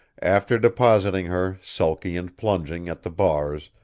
after depositing her, sulky and plunging, at the bars,